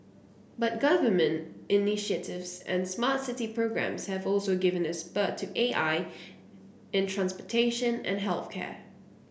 but government initiatives and smart city programs have also given a spurt to A I in transportation and health care